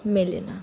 মেলে না